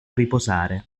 riposare